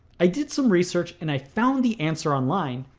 i did some research and i found the answer online,